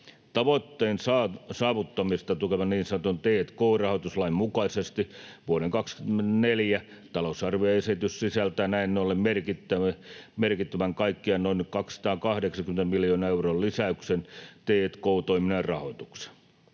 Tavoitteen saavuttamista tukevan niin sanotun t&k-rahoituslain mukaisesti vuoden 24 talousarvioesitys sisältää näin ollen merkittävän, kaikkiaan noin 280 miljoonan euron lisäyksen t&k-toiminnan rahoitukseen.